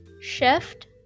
shift